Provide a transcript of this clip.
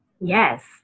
Yes